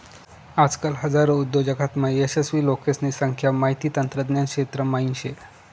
आजकाल हजारो उद्योजकतामा यशस्वी लोकेसने संख्या माहिती तंत्रज्ञान क्षेत्रा म्हाईन शे